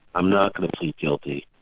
i'm not going to plead guilty,